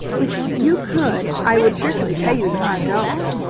if you could i would cheerfully pay you the five dollars.